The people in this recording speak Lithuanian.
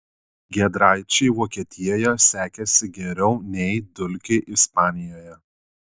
giedraičiui vokietijoje sekėsi geriau nei dulkiui ispanijoje